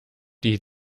die